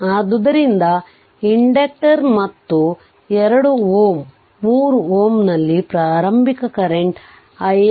ಆದುದರಿಂದ ಇಂಡಕ್ಟರ್ ಮತ್ತು 2 Ω 3 Ω ನಲ್ಲಿ ಪ್ರಾರಂಭಿಕ ಕರೆಂಟ್ ix 0